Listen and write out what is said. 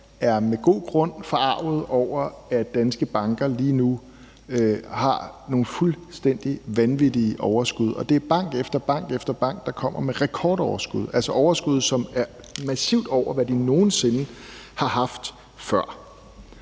med god grund er forarget over, at danske banker lige nu har nogle fuldstændig vanvittige overskud. Og det er bank efter bank efter bank, der kommer med rekordoverskud, altså overskud, som er massivt over, hvad de nogen sinde har haft før.